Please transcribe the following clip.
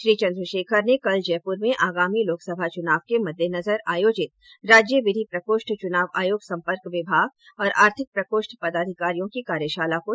श्री चन्द्रशेखर ने कल जयपुर में आगामी लोकसभा चुनाव के मद्देनजर आयोजित राज्य विधि प्रकोष्ठ चूनाव आयोग सम्पर्क विभाग और आर्थिक प्रकोष्ठ पदाधिकारियों की कार्यशाला को संबोधित किया